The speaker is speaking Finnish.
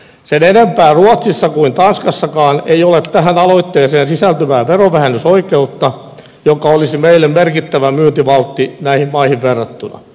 sen enempää ruotsissa kuin tanskassakaan ei ole tähän aloitteeseen sisältyvää verovähennysoikeutta joka olisi meille merkittävä myyntivaltti näihin maihin verrattuna